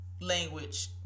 language